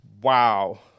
Wow